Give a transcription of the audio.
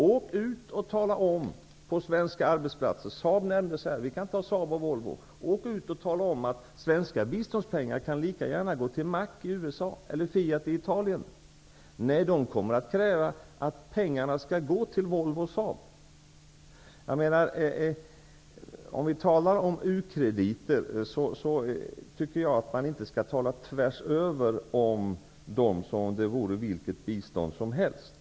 Åk ut och tala om för folk på svenska arbetsplatser, t.ex. Saab och Volvo, att svenska biståndspengar kan lika gärna gå till Mac i USA eller Fiat i Italien. De kommer att kräva att pengarna skall gå till Man skall inte tala om u-krediter som om de utgör vilket bistånd som helst.